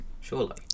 Surely